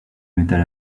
metal